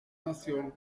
nación